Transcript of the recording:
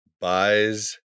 buys